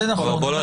זה נכון.